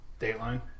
Dateline